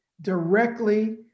directly